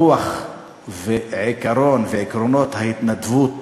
הרוח ועקרונות ההתנדבות